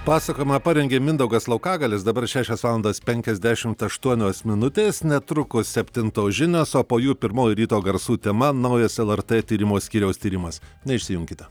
pasakojimą parengė mindaugas laukagalis dabar šešios valandos penkiasdešimt aštuonios minutės netrukus septintos žinios o po jų pirmoji ryto garsų tema naujas lrt tyrimų skyriaus tyrimas neišsijunkite